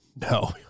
No